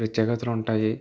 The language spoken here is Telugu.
ప్రత్యేకతలు ఉంటాయి